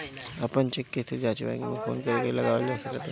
अपन चेक के स्थिति के जाँच बैंक में फोन करके लगावल जा सकत हवे